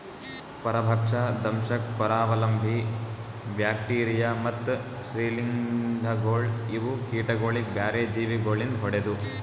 ಪರಭಕ್ಷ, ದಂಶಕ್, ಪರಾವಲಂಬಿ, ಬ್ಯಾಕ್ಟೀರಿಯಾ ಮತ್ತ್ ಶ್ರೀಲಿಂಧಗೊಳ್ ಇವು ಕೀಟಗೊಳಿಗ್ ಬ್ಯಾರೆ ಜೀವಿ ಗೊಳಿಂದ್ ಹೊಡೆದು